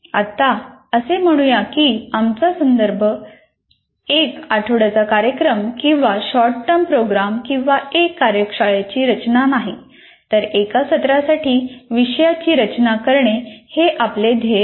आत्ता असे म्हणूया की आमचा संदर्भ 1 आठवड्याचा कार्यक्रम किंवा शॉर्ट टर्म प्रोग्राम किंवा एक कार्यशाळेची रचना नाही तर एका सत्रासाठी विषयाची रचना करणे हे आपले ध्येय आहे